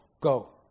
go